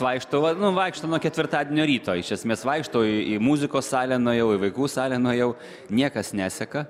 vaikštau vat nu vaikštau nuo ketvirtadienio ryto iš esmės vaikštau į į muzikos salę nuėjau į vaikų salę nuėjau niekas neseka